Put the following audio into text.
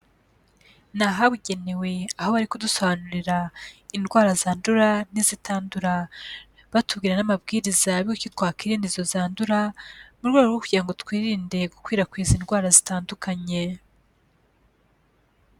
Ni ahabugenewe, aho bari kudusobanurira indwara zandura n'izitandura, batubwira n'amabwiriza yaki twakwirindandi izo zandura, mu rwego rwo kugira ngo twirinde gukwirakwiza indwara zitandukanye.